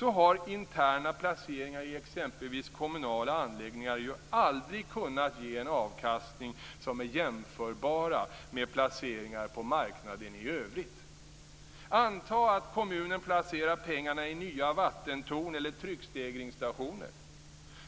har interna placeringar i exempelvis kommunala anläggningar ju aldrig kunnat ge en avkastning som är jämförbar med placeringar på marknaden i övrigt. Låt oss anta att kommunen placerar pengarna i nya vattentorn eller tryckstegringsstationer.